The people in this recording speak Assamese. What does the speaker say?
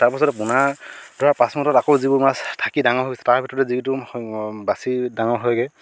তাৰপিচতে পোনা ধৰাৰ পাচমুহূৰ্তত আকৌ যিবোৰ মাছ থাকি ডাঙৰ হৈ গৈছে তাৰ ভিতৰতে যিটো বাচি ডাঙৰ হয়গে